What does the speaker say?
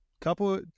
couple